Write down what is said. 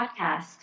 podcast